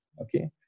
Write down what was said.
Okay